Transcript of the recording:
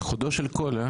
על חודו של קול.